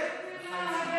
שלא נותנים,